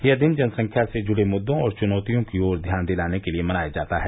यह दिन जनसंख्या से जुड़े मुद्दों और चुनौतियों की ओर ध्यान दिलाने के लिए मनाया जाता है